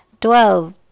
Twelve